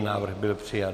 Návrh byl přijat.